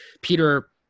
Peter